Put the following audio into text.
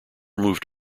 moved